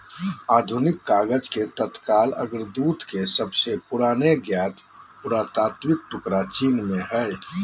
आधुनिक कागज के तत्काल अग्रदूत के सबसे पुराने ज्ञात पुरातात्विक टुकड़ा चीन में हइ